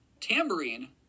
Tambourine